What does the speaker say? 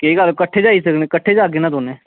केह् गल्ल कट्ठे बी आई सकदे कट्ठे बी आई सकदे न दौनें